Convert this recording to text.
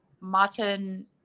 martin